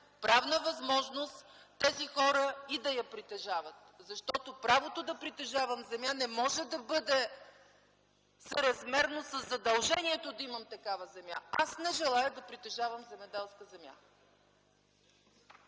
правна възможност тези хора и да я притежават. Правото да притежавам земя не може да бъде съразмерно със задължението да имам такава земя. Аз не желая да притежавам земеделска земя.